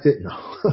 No